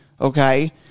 Okay